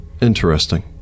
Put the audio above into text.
Interesting